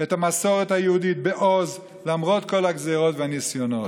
את המסורת היהודית בעוז למרות כל הגזרות והניסיונות.